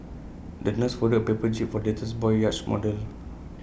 the nurse folded A paper jib for the little boy's yacht model